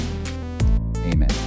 Amen